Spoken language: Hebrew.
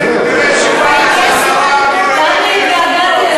השרה מירי רגב,